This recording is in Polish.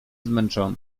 zmęczony